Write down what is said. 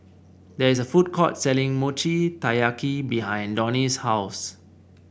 there is a food court selling Mochi Taiyaki behind Donie's house